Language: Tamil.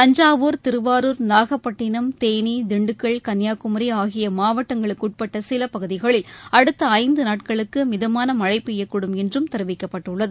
தஞ்சாவூர் நாகப்பட்டனம் தேனி திண்டுக்கல் திருவாரூர் கன்னியாகுமரிஆகியமாவட்டங்களுக்குட்பட்டசிலபகுதிகளில் அடுத்தஐந்துநாடகளுக்குமிதமானமழைபெய்யக்கூடும் என்றும் தெரிவிக்கப்பட்டுள்ளது